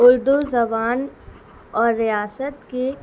اردو زبان اور ریاست کی